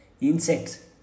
Insects